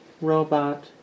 Robot